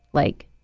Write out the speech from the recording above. like,